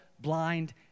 blind